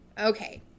Okay